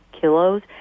kilos